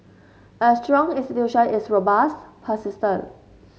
a strong institution is robust persistent